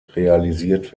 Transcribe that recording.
realisiert